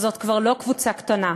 זאת כבר לא קבוצה קטנה,